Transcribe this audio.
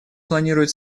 планирует